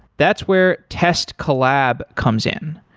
that's where test collab comes in.